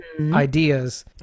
ideas